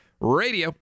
Radio